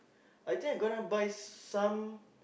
I think I gonna buy some